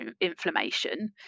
inflammation